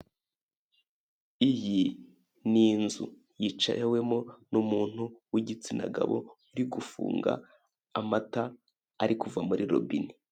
Iyi ni inzu yicawemo n'umuntu w'igitsina gabo uri gufunga amata ari kuva muri robine.